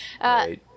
right